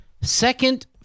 second